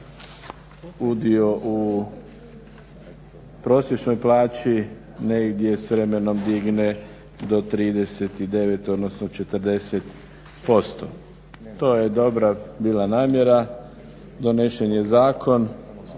udio u prosječnoj plaći negdje s vremenom digne do 39, odnosno 40%. To je dobra bila namjera. Donesen je zakon